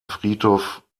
friedhof